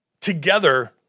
together